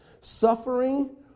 Suffering